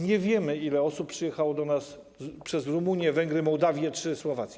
Nie wiemy, ile osób przyjechało do nas przez Rumunię, Węgry, Mołdawię czy Słowację.